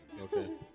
okay